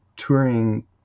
touring